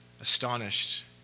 astonished